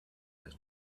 has